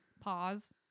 pause